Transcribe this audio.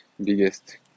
biggest